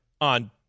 on